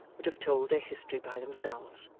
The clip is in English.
would have told their history by themselves.